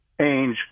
Ainge